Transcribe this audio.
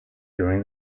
during